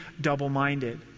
double-minded